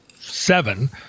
seven